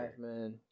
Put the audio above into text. man